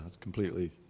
Completely